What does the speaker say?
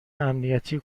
امنیتی